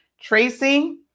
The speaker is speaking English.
Tracy